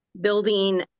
building